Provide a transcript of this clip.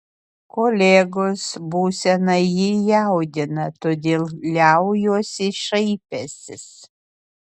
kolegos būsena jį jaudina todėl liaujuosi šaipęsis